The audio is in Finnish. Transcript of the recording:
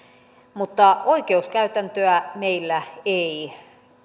mutta oikeuskäytäntöä meillä ei